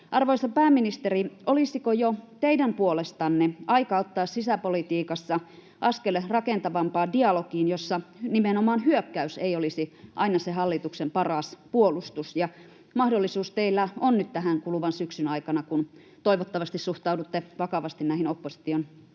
Arvoisa pääministeri, olisiko jo teidän puolestanne aika ottaa sisäpolitiikassa askel rakentavampaan dialogiin, jossa nimenomaan hyökkäys ei olisi aina se hallituksen paras puolustus? Teillä on nyt mahdollisuus tähän kuluvan syksyn aikana, kun toivottavasti suhtaudutte vakavasti näihin opposition